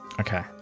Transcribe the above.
Okay